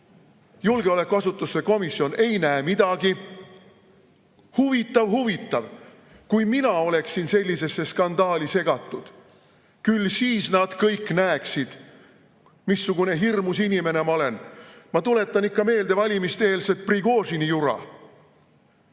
julgeolekuasutuste komisjon ei näe midagi. Huvitav-huvitav! Kui mina oleksin sellisesse skandaali segatud, küll siis nad kõik näeksid, missugune hirmus inimene ma olen. Ma tuletan ikka meelde valimiste-eelset Prigožini-jura.